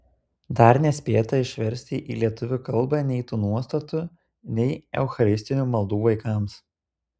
dar nespėta išversti į lietuvių kalbą nei tų nuostatų nei eucharistinių maldų vaikams